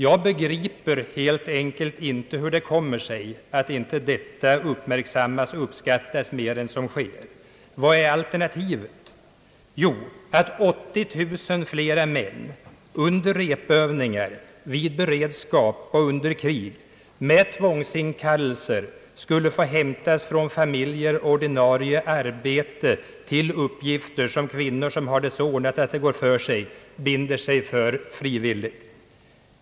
Jag begriper helt enkelt inte hur det kommer sig att detta inte uppmärksammas och uppskattas mer än som sker. Vad är alternativet? Jo, att 80 000 flera män, under repetitionsövningar, vid beredskap och under krig, med tvångsinkallelser, skulle få hämtas från familjer och ordinarie arbete till uppgifter, som kvinnor som har det så ordnat att det går för sig binder sig för frivilligt.